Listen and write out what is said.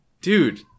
dude